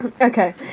Okay